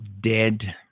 dead